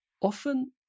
often